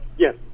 Yes